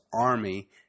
army